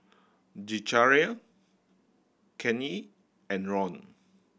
Zechariah Kanye and Ron